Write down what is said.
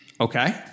okay